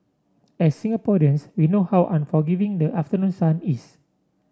as Singaporeans we know how unforgiving the afternoon sun is